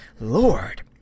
Lord